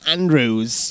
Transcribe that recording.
Andrews